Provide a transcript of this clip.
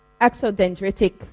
Axodendritic